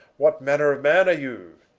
what manner of man are you?